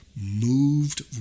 Moved